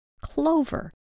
clover